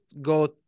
go